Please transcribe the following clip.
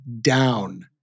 down